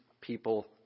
people